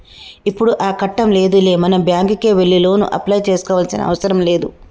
ఇప్పుడు ఆ కట్టం లేదులే మనం బ్యాంకుకే వెళ్లి లోను అప్లై చేసుకోవాల్సిన అవసరం లేదు